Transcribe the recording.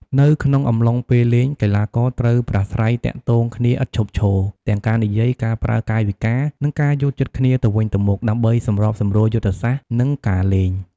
នៅក្នុងអំឡុងពេលលេង កីឡាករត្រូវប្រាស្រ័យទាក់ទងគ្នាឥតឈប់ឈរ ទាំងការនិយាយ ការប្រើកាយវិការ និងការយល់ចិត្តគ្នាទៅវិញទៅមក ដើម្បីសម្របសម្រួលយុទ្ធសាស្ត្រ និងការលេង។